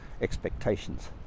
expectations